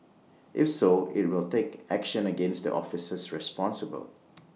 if so IT will take action against the officers responsible